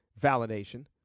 validation